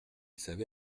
savait